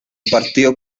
partido